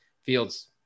Fields